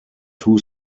two